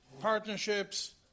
partnerships